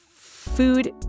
Food